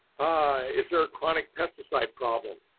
ah is there a chronic pesticide problem?